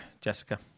Jessica